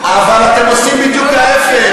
אבל אתם עושים בדיוק ההפך,